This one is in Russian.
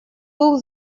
был